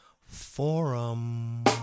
Forum